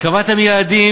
קבעתם יעדים